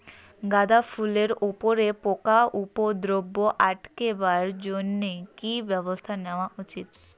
গাঁদা ফুলের উপরে পোকার উপদ্রব আটকেবার জইন্যে কি ব্যবস্থা নেওয়া উচিৎ?